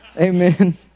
amen